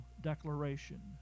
declaration